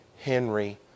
Henry